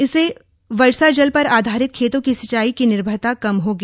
इससे वर्षा जल पर आधारित खेतों की सिंचाई की निर्भरता कम होगी